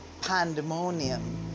pandemonium